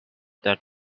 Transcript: that